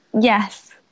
Yes